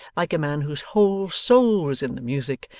like a man whose whole soul was in the music,